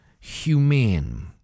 humane